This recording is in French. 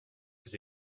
vous